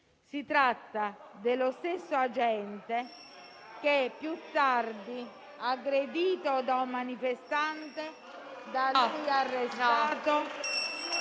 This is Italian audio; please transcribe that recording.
Si tratta dello stesso agente che più tardi, aggredito da un manifestante da lui arrestato